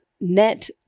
net